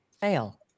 fail